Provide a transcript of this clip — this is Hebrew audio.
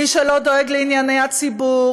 מי שלא דואג לענייני הציבור,